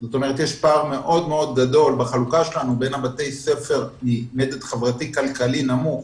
יש פער מאוד מאוד גדול בחלוקה שלנו בין בתי הספר ממדד חברתי-כלכלי נמוך,